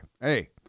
hey